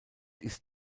ist